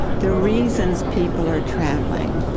the reasons people are traveling,